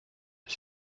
ist